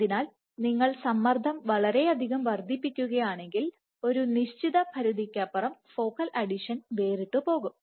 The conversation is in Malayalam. അതിനാൽ നിങ്ങൾ സമ്മർദ്ദം വളരെയധികം വർദ്ധിപ്പിക്കുകയാണെങ്കിൽ ഒരു നിശ്ചിത പരിധിക്കപ്പുറം ഫോക്കൽ അഡിഷൻ വേറിട്ടുപോകും